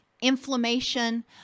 inflammation